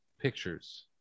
pictures